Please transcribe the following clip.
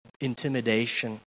intimidation